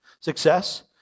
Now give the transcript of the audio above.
success